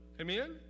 Amen